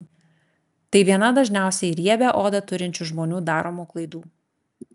tai viena dažniausiai riebią odą turinčių žmonių daromų klaidų